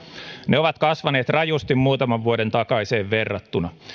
ne ovat kasvaneet rajusti muutaman vuoden takaiseen verrattuna